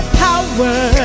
power